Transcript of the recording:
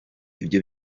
ibyo